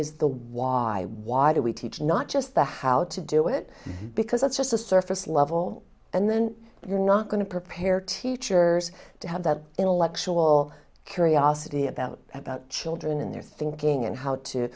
is the why why do we teach not just the how to do it because that's just a surface level and then you're not going to prepare teachers to have that intellectual curiosity about about children in their thinking and how to